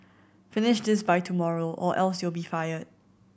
finish this by tomorrow or else you'll be fired